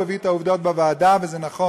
הוא הביא את העובדות בוועדה, וזה נכון.